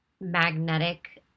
magnetic